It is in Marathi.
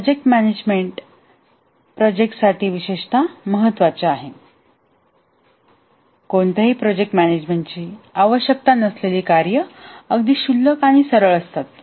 आणि प्रोजेक्ट मॅनेजमेंट प्रोजेक्टसाठी विशेषतः महत्वाचे आहे कोणत्याही प्रोजेक्ट मॅनेजमेंटची आवश्यकता नसलेली कार्ये अगदी क्षुल्लक आणि सरळ असतात